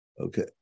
Okay